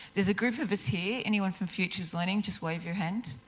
there's a group of us here, anyone from futures learning, just wave your hand.